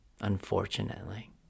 unfortunately